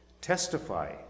testify